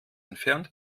entfernt